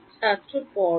ছাত্র পর্ব